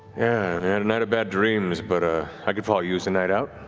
and night of bad dreams, but i could probably use a night out,